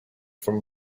from